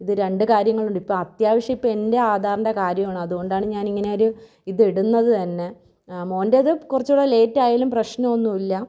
ഇത് രണ്ട് കാര്യങ്ങളുണ്ട് ഇപ്പത്യാവശ്യം ഇപ്പെൻ്റ ആധാറിൻ്റെ കാര്യമാണ് അതുകൊണ്ടാണ് ഞാനിങ്ങനെ ഒരു ഇതിടുന്നത് തന്നെ മോൻറ്റത് കുറച്ചൂടെ ലേറ്റായാലും പ്രശ്നോന്നുമില്ല